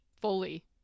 fully